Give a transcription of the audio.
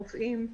של הרופאים,